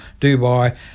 Dubai